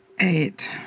eight